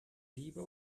liebe